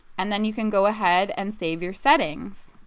and then you can go ahead and save your settings.